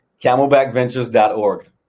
CamelbackVentures.org